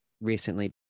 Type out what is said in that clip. recently